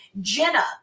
Jenna